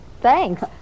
Thanks